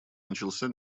начался